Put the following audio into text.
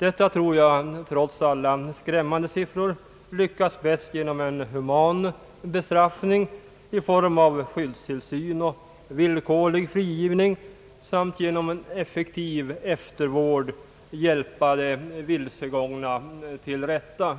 och trots alla skrämmande siffror tror jag att det syftet nås bäst genom en human bestraffning i form av skyddstillsyn och villkorlig frigivning samt effektiv eftervård för att hjälpa de vilsegångna till rätta.